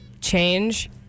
change